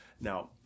now